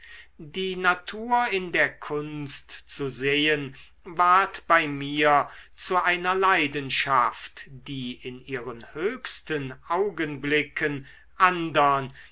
die natur in der kunst zu sehen ward bei mir zu einer leidenschaft die in ihren höchsten augenblicken andern